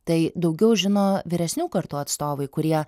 tai daugiau žino vyresnių kartų atstovai kurie